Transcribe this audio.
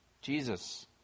Jesus